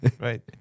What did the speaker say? right